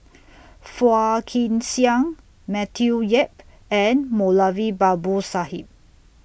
Phua Kin Siang Matthew Yap and Moulavi Babu Sahib